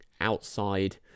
outside